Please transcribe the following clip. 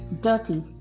dirty